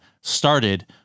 started